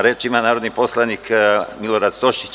Reč ima narodni poslanik Milorad Stošić.